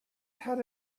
had